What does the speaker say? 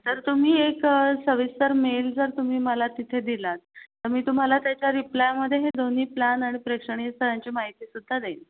तर तुम्ही एक सविस्तर मेल जर तुम्ही मला तिथे दिलात तर मी तुम्हाला त्याच्या रिप्लायमध्ये हे दोन्ही प्लॅन आणि प्रेक्षणीय स्थळांची माहितीसुद्धा देईल